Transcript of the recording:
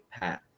path